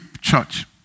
church